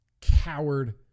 coward